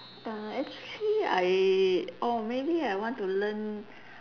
uh actually I orh maybe I want to learn